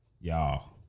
y'all